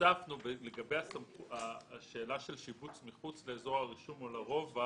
הוספנו לגבי השאלה של שיבוץ מחוץ לאזור הרישום או לרובע